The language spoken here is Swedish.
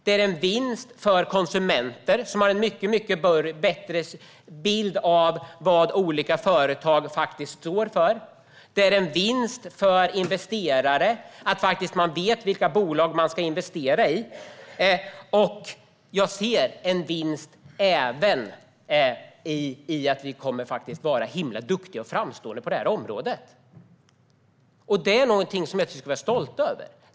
Det är en vinst för konsumenterna, som får en mycket bättre bild av vad olika företag står för. Det är en vinst för investerare att veta vilka bolag de ska investera i. Jag ser även en vinst i att vi kommer att vara himla duktiga och framstående på det här området. Det är någonting som jag tycker att vi ska vara stolta över.